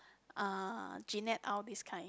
uh Jeanette Aw this kind